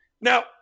Now